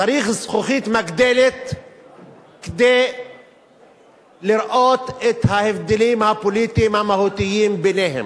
צריך זכוכית מגדלת כדי לראות את ההבדלים הפוליטיים המהותיים ביניהם.